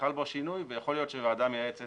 שחל בו שינוי ויכול להיות שהוועדה המייעצת